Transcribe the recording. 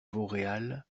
vauréal